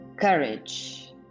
Courage